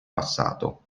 passato